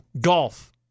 golf